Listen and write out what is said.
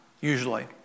usually